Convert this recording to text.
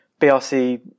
BRC